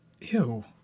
Ew